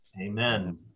Amen